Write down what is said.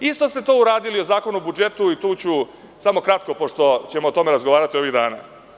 Isto ste to uradili u zakonu o budžetu i tu ću samo kratko, pošto ćemo o tome razgovarati ovih dana.